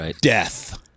Death